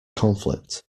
conflict